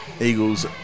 Eagles